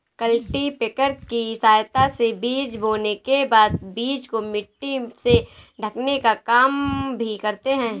cultipacker की सहायता से बीज बोने के बाद बीज को मिट्टी से ढकने का काम भी करते है